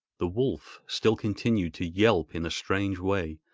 the wolf still continued to yelp in a strange way,